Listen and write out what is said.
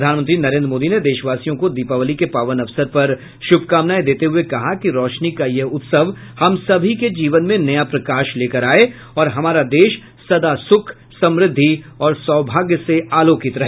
प्रधानमंत्री नरेंद्र मोदी ने देशवासियों को दीपावली के पावन अवसर पर शुभकामनाएं देते हुए कहा कि रौशनी का यह उत्सव हम सभी के जीवन में नया प्रकाश लेकर आए और हमारा देश सदा सुख समृद्धि और सौभाग्य से आलोकित रहे